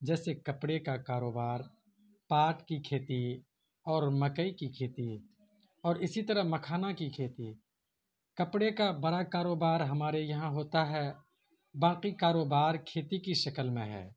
جیسے کپڑے کا کاروبار پاٹ کی کھیتی اور مکئی کی کھیتی اور اسی طرح مکھانا کی کھیتی کپڑے کا بڑا کاروبار ہمارے یہاں ہوتا ہے باقی کاروبار کھیتی کی شکل میں ہے